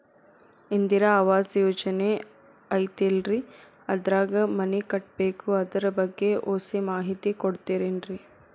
ಇಂದಿರಾ ಆವಾಸ ಯೋಜನೆ ಐತೇಲ್ರಿ ಅದ್ರಾಗ ಮನಿ ಕಟ್ಬೇಕು ಅದರ ಬಗ್ಗೆ ಒಸಿ ಮಾಹಿತಿ ಕೊಡ್ತೇರೆನ್ರಿ?